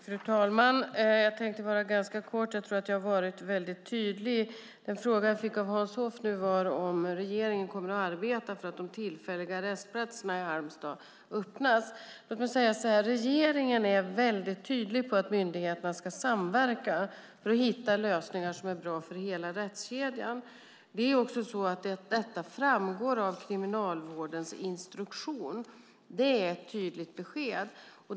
Fru talman! Jag tänkte vara kortfattad eftersom jag tror att jag har varit tydlig. Den fråga jag fick av Hans Hoff var om regeringen kommer att arbeta för att de tillfälliga arrestplatserna i Halmstad öppnas. Regeringen är tydlig med att myndigheterna ska samverka för att hitta lösningar som är bra för hela rättskedjan. Detta framgår av Kriminalvårdens instruktion. Det är ett tydligt besked.